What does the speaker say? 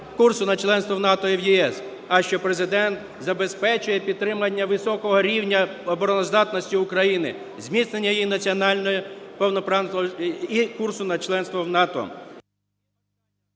курсу на членство в НАТО і в ЄС, а що Президент забезпечує підтримання високого рівня обороноздатності України, зміцнення її національної... повноправного… і курсу на членство в НАТО.